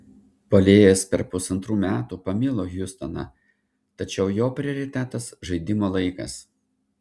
puolėjas per pusantrų metų pamilo hjustoną tačiau jo prioritetas žaidimo laikas